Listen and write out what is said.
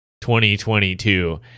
2022